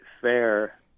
fair